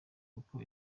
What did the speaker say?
kuko